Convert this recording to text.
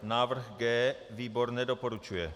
Návrh G. Výbor nedoporučuje.